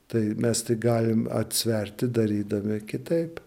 tai mes tai galim atsverti darydami kitaip